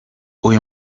uyu